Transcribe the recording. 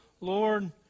Lord